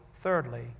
thirdly